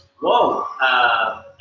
Whoa